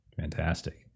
Fantastic